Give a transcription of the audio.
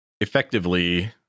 effectively